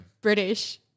British